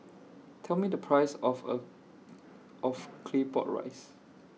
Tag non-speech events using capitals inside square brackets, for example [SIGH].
Tell Me The Price of A [NOISE] of Claypot Rice